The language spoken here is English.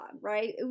right